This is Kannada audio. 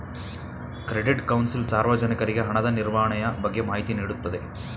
ಕ್ರೆಡಿಟ್ ಕೌನ್ಸಿಲ್ ಸಾರ್ವಜನಿಕರಿಗೆ ಹಣದ ನಿರ್ವಹಣೆಯ ಬಗ್ಗೆ ಮಾಹಿತಿ ನೀಡುತ್ತದೆ